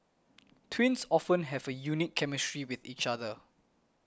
twins often have a unique chemistry with each other